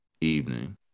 evening